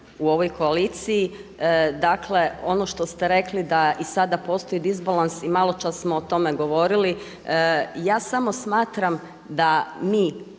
u ovoj koaliciji dakle ono što ste rekli da i sada postoji disbalans i maločas smo o tome govorili, ja samo smatram da mi